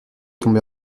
tombée